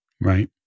right